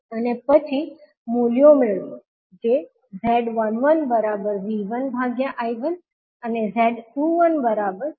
અને પછી મૂલ્યો મેળવો જે Z11V1I1 અને Z21V2I1 છે